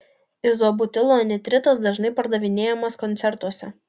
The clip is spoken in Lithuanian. izobutilo nitritas dažnai pardavinėjamas koncertuose